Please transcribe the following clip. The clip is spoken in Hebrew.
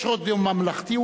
יש רדיו ממלכתי,